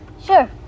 sure